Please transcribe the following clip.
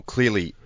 Clearly